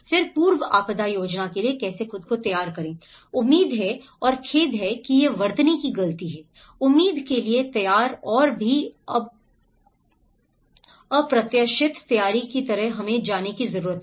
फिर पूर्व आपदा योजना के लिए कैसे खुद को तैयार करें उम्मीद है और खेद है कि यह वर्तनी की गलती है उम्मीद के लिए तैयार और भी अप्रत्याशित तैयारी की तरह हमें जाने की जरूरत है